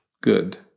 good